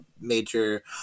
major